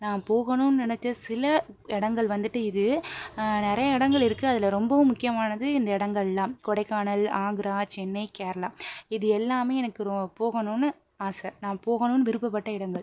நான் போகணும்னு நினச்ச சில இடங்கள் வந்துட்டு இது நிறைய இடங்கள் இருக்கு அதில் ரொம்பவும் முக்கியமானது இந்த இடங்கள்லாம் கொடைக்கானல் ஆக்ரா சென்னை கேரளா இது எல்லாமே எனக்கு ரொ போகணும்னு ஆசை நான் போகணும்னு விருப்பப்பட்ட இடங்கள்